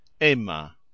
emma